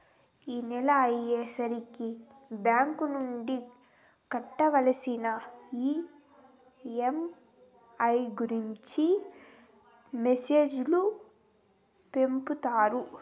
నెల చివర అయ్యే సరికి బ్యాంక్ నుండి కట్టవలసిన ఈ.ఎం.ఐ గురించి మెసేజ్ లు పంపుతారు